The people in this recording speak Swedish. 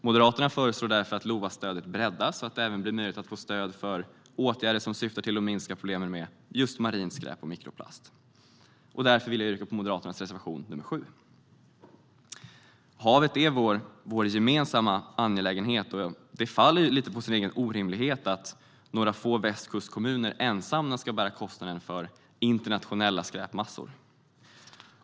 Moderaterna föreslår därför att LOVA-stödet breddas så att det även blir möjligt att få stöd för åtgärder som syftar till att minska problemen med just marint skräp och mikroplast. Därför vill jag yrka bifall till Moderaternas reservation nr 7. Havet är vår gemensamma angelägenhet. Det faller lite på sin egen orimlighet att några få västkustkommuner ensamma ska bära kostnaden för internationella skräpmassor.